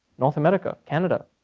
north america, canada,